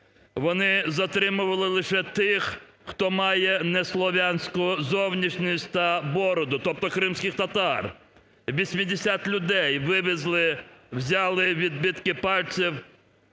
Вони затримували лише тих, хто має неслов'янську зовнішність та бороду, тобто кримських татар. Вісімдесят людей вивезли, взяли відбитки пальців